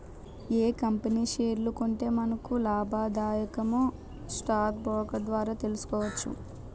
ఏ company షేర్లు కొంటే మనకు లాభాదాయకమో స్టాక్ బ్రోకర్ ద్వారా తెలుసుకోవచ్చు